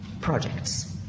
projects